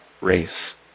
race